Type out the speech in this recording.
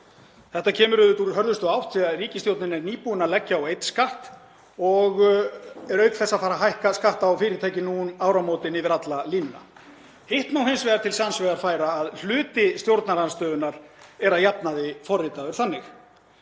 Þetta kemur auðvitað úr hörðustu átt því að ríkisstjórnin er nýbúin að leggja á einn skatt og er auk þess að fara að hækka skatta á fyrirtæki nú um áramótin yfir alla línuna. Hitt má hins vegar til sanns vegar færa að hluti stjórnarandstöðunnar er að jafnaði forritaður þannig.